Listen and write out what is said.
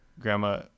grandma